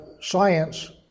science